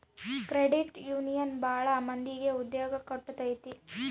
credit union ಭಾಳ ಮಂದಿಗೆ ಉದ್ಯೋಗ ಕೊಟ್ಟೈತಿ